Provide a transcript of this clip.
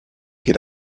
get